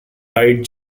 died